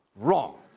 wrong!